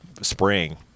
spring